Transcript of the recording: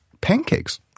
pancakes